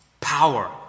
Power